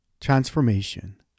transformation